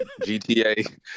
GTA